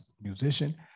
musician